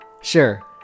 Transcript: Sure